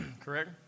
Correct